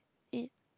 eight